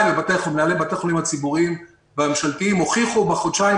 מנהלי בתי החולים הציבוריים והממשלתיים הוכיחו בחודשיים